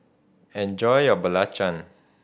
enjoy your belacan